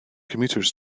commuters